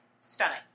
Stunning